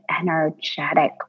energetic